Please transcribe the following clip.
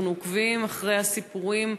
אנחנו עוקבים אחרי הסיפורים,